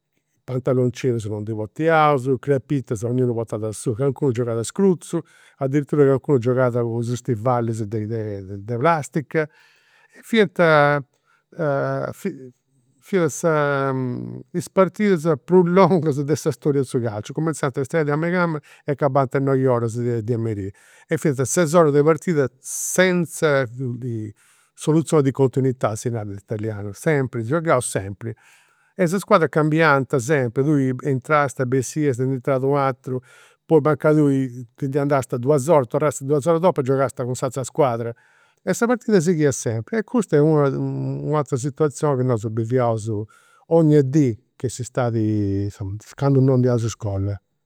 Pantaloncinus non ndi portaiaus, crapitas 'onniunu portat su, calincunu giogat scruzu, addiritura calincunu giogat cun is stivalis de de de plastica. Fiant fiat sa, is partidas prus longas de sa storia de su calciu, cumenzant ais tres de meigama e acabanta a i' noioras de a merì. E fiant ses oras de partida senza soluzione di continuità, si narat in italianu, sempri, gioghiaus sempri. E is squadras cambiant sempri, tui intrast bessiast, nd'intrat u' ateru. Poi mancai tui ti nd'andast duas oras, torrast duas oras dopu e cun s'atera squadra. E sa partida sighiat sempri, e custa e una u'atera situazioni ca nosu biviaus 'onnia dì che s'istadi insoma, candu non andaiaus a s'iscola